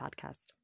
podcast